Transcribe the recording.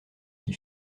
qui